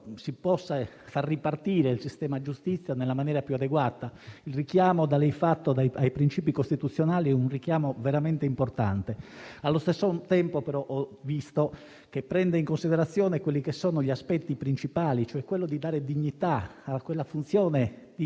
di far ripartire il sistema giustizia nella maniera più adeguata. Il richiamo da lei fatto ai principi costituzionali è veramente importante. Allo stesso tempo, però, ho visto che prende in considerazione gli aspetti principali, e cioè dare dignità a quella funzione di